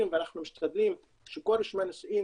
ואנחנו משתדלים שכל רושמי הנישואים